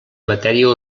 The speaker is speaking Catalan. matèria